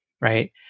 right